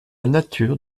nature